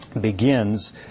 begins